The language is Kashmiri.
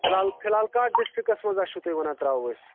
فِلحال فِلحال کَتھ ڈِسٹرکَس منٛز حظ چھُو تُہۍ وَنان ترٛاوو أسۍ